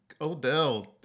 Odell